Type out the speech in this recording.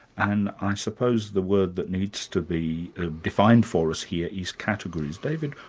and i suppose the word that needs to be defined for us here is categories. david,